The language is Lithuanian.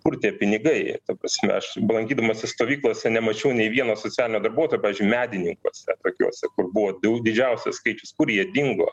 kur tie pinigai ta prasme aš belankydamasis stovyklose nemačiau nei vieno socialinio darbuotojo medininkuose tokiuose kur buvo didžiausias skaičius kur jie dingo